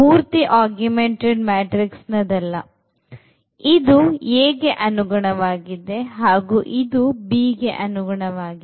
ಇಲ್ಲಿ ಇದು Aಗೆ ಅನುಗುಣವಾಗಿದೆ ಹಾಗೂ ಇದು Bಗೆ ಅನುಗುಣವಾಗಿದೆ